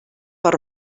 per